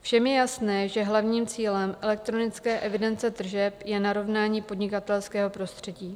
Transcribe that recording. Všem je jasné, že hlavním cílem elektronické evidence tržeb je narovnání podnikatelského prostředí.